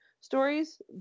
stories